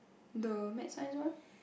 the med science one